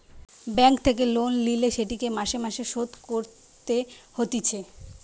bank থেকে loan লিলে সেটিকে মাসে মাসে শোধ করতে হতিছে